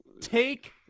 Take